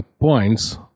points